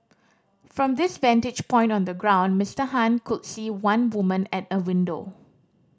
from this vantage point on the ground Mister Han could see one woman at a window